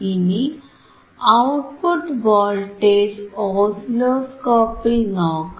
ഇനി output voltage ഓസിലോസ്കോപ്പിൽ നോക്കാം